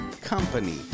company